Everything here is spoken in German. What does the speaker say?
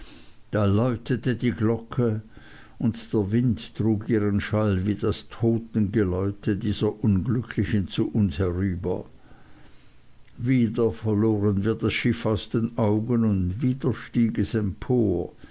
da läutete die glocke und der wind trug ihren schall wie das totengeläute dieser unglücklichen zu uns herüber wieder verloren wir das schiff aus den augen und wieder stieg es empor